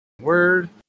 Word